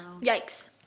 yikes